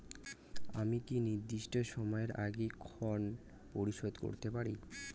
আমি কি নির্দিষ্ট সময়ের আগেই ঋন পরিশোধ করতে পারি?